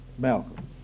Malcolm